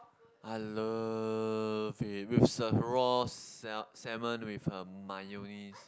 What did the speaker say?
I love it with a raw sal~ salmon with um mayonnaise